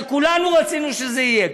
שכולנו רצינו שזה יהיה,